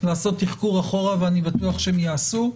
לעשות תחקור אחורה ואני בטוח שהם יעשו,